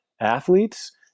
athletes